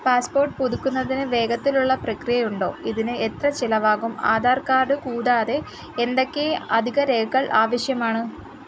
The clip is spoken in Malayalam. പാസ്പോർട്ട് പുതുക്കുന്നതിന് വേഗത്തിലുള്ള പ്രക്രിയ ഉണ്ടോ ഇതിന് എത്ര ചിലവാകും ആധാർ കാർഡ് കൂടാതെ എന്തൊക്കെ അധിക രേഖകൾ ആവശ്യമാണ്